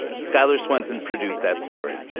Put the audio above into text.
skyler swenson produced that story